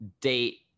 date